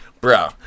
bro